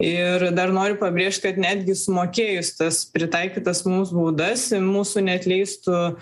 ir dar noriu pabrėžt kad netgi sumokėjus tas pritaikytas mums baudas mūsų neatleistų